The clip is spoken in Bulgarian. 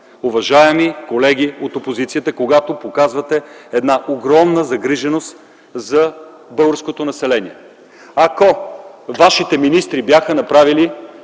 Уважаеми колеги от опозицията, когато показвате една огромна загриженост за българското население, имайте предвид това. Ако вашите министри бяха си направили